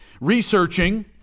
researching